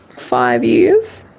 five years.